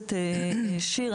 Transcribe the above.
הכנסת שיר,